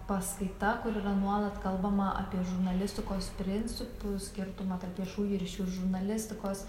paskaita kur yra nuolat kalbama apie žurnalistikos principus skirtumą tarp viešųjų ryšių ir žurnalistikos